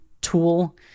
tool